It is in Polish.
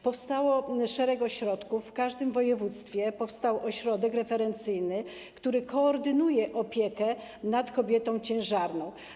Powstał szereg ośrodków, w każdym województwie powstał ośrodek referencyjny, który koordynuje opiekę nad kobietą ciężarną.